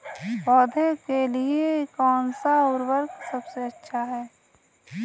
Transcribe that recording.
पौधों के लिए कौन सा उर्वरक सबसे अच्छा है?